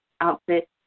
outfit